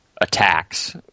attacks